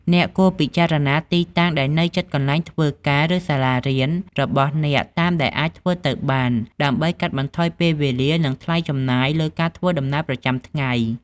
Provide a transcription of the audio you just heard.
អ្នកគួរពិចារណាទីតាំងដែលនៅជិតកន្លែងធ្វើការ ឬសាលារៀនរបស់អ្នកតាមដែលអាចធ្វើទៅបាន ដើម្បីកាត់បន្ថយពេលវេលា និងថ្លៃចំណាយលើការធ្វើដំណើរប្រចាំថ្ងៃ។